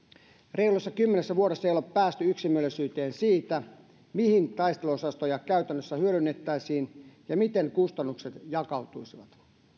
reilussa kymmenessä vuodessa ei ole ole päästy yksimielisyyteen siitä mihin taisteluosastoja käytännössä hyödynnettäisiin ja miten kustannukset jakautuisivat